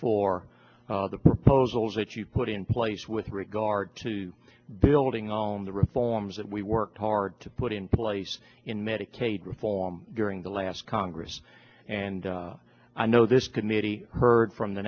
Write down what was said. for the proposals that you've put in place with regard to building on the reforms that we worked hard to put in place in medicaid reform during the last congress and i know this committee heard from the